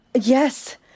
yes